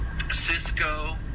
Cisco